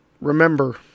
remember